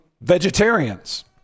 vegetarians